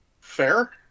Fair